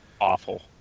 awful